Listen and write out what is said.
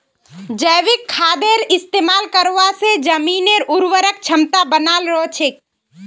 जैविक खादेर इस्तमाल करवा से जमीनेर उर्वरक क्षमता बनाल रह छेक